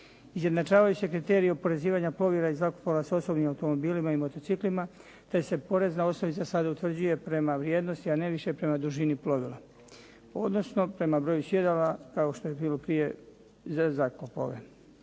Izjednačavaju se kriteriji oporezivanja plovila i zrakoplova s osobnim automobila i motociklima, te se porezna osnovica sada utvrđuje prema vrijednosti, a ne više prema dužini plovila, odnosno prema broju sjedala kao što je bilo prije za zrakoplove.